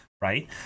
right